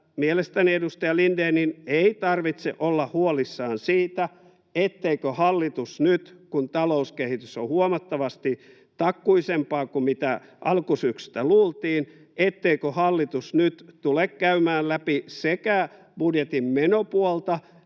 mielestäni edustaja Lindénin ei tarvitse olla huolissaan siitä, etteikö hallitus nyt, kun talouskehitys on huomattavasti takkuisempaa kuin alkusyksystä luultiin, tule käymään läpi sekä budjetin menopuolta